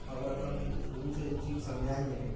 अगर अपन को शुरू से यह चीज़ सांझाएंगे नहीं